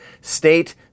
state